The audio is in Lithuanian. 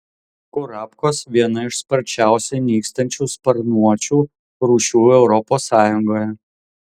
kurapkos viena iš sparčiausiai nykstančių sparnuočių rūšių europos sąjungoje